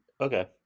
Okay